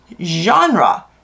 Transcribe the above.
genre